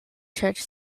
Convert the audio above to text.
church